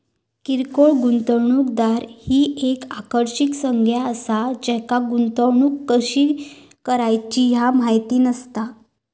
किरकोळ गुंतवणूकदार ही एक आकर्षक संज्ञा असा ज्यांका गुंतवणूक कशी करायची ह्या माहित नसता